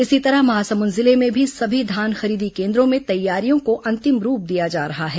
इसी तरह महासमुद जिले में भी सभी धान खरीदी केन्द्रों में तैयारियों को अंतिम रूप दिया जा रहा है